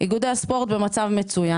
איגודי הספורט במצב מצוין.